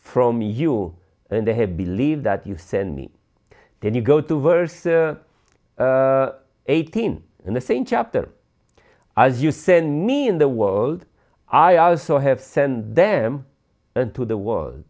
from you and they have believed that you sent me then you go to versa eighteen in the same chapter as you send me in the world i also have sent them into the world